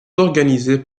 organisés